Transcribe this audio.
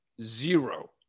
Zero